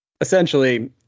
essentially